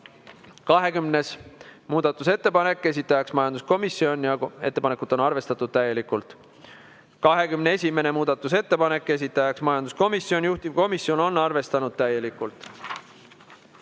20. muudatusettepanek, esitaja majanduskomisjon ja ettepanekut on arvestatud täielikult. 21. muudatusettepanek, esitaja majanduskomisjon, juhtivkomisjon on arvestanud täielikult.